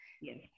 Yes